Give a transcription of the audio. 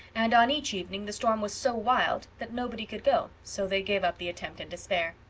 and on each evening the storm was so wild that nobody could go, so they gave up the attempt in despair.